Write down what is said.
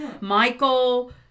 Michael